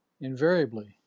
Invariably